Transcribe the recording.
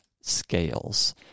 Scales